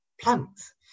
plants